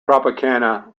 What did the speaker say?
tropicana